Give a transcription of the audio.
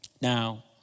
Now